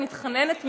מתחננת,